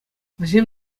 вӗсем